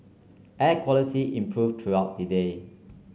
air quality improve throughout the day